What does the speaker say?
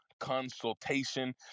Consultation